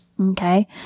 okay